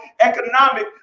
economic